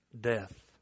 death